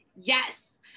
Yes